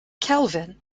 kelvin